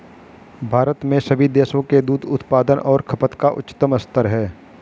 भारत में सभी देशों के दूध उत्पादन और खपत का उच्चतम स्तर है